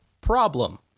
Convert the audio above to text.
problem